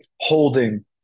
holding